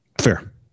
Fair